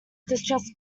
distress